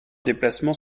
déplacement